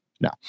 No